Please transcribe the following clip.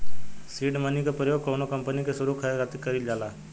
seed money के प्रयोग कौनो कंपनी के सुरु करे खातिर कईल जाला